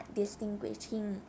distinguishing